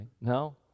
No